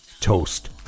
toast